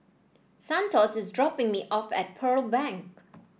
Santos is dropping me off at Pearl Bank